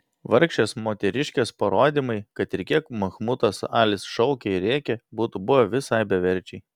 vargšės moteriškės parodymai kad ir kiek mahmudas alis šaukė ir rėkė būtų buvę visai beverčiai